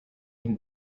can